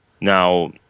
now